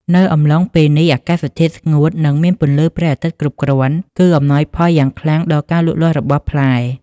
នៅអំឡុងពេលនេះ អាកាសធាតុស្ងួត និងមានពន្លឺព្រះអាទិត្យគ្រប់គ្រាន់ គឺអំណោយផលយ៉ាងខ្លាំងដល់ការលូតលាស់របស់ផ្លែ។